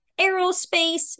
aerospace